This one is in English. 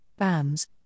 BAMS